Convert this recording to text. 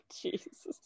Jesus